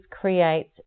creates